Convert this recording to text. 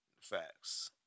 Facts